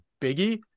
Biggie